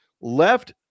left